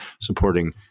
supporting